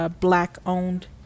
black-owned